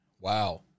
wow